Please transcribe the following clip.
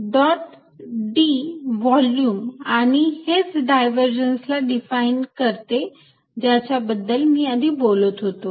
d volume आणि हेच डायव्हर्जन्सला डिफाइन करते ज्याच्याबद्दल मी आधी बोलत होतो